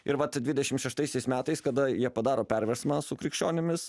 ir vat dvidešim šeštaisiais metais kada jie padaro perversmą su krikščionimis